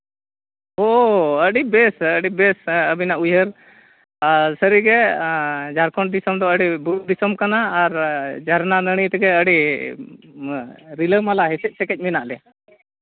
ᱚ ᱟᱹᱰᱤ ᱵᱮᱹᱥ ᱟᱹᱰᱤ ᱟᱹᱵᱤᱱᱟᱜ ᱩᱭᱦᱟᱹᱨ ᱟᱨ ᱥᱟᱹᱨᱤᱜᱮ ᱡᱷᱟᱲᱠᱷᱚᱸᱰ ᱫᱤᱥᱚᱢ ᱫᱚ ᱟᱹᱰᱤ ᱵᱩᱨᱩ ᱫᱤᱥᱚᱢ ᱠᱟᱱᱟ ᱟᱨ ᱡᱷᱟᱨᱱᱟ ᱱᱟᱹᱲᱤ ᱛᱮᱜᱮ ᱟᱹᱰᱤ ᱨᱤᱞᱟᱹᱢᱟᱞᱟ ᱦᱮᱥᱮᱡ ᱥᱮᱠᱮᱡ ᱢᱮᱱᱟᱜ ᱞᱮᱭᱟ